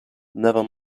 never